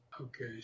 Okay